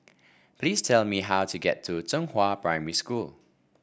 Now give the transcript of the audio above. please tell me how to get to Zhenghua Primary School